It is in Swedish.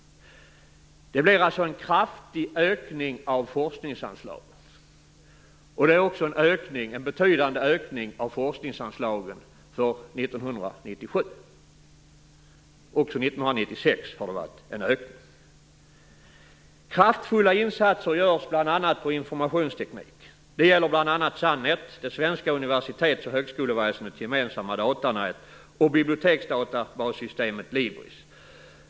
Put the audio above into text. Det är en kraftig ökning av forskningsanslagen för 1997. Det har det också varit för 1996. Kraftfulla insatser görs bl.a. på informationstekniken. Det gäller bl.a. SUNET, det svenska universitets och högskoleväsendets gemensamma datanät, och biblioteksdatabassystemet LIBRIS.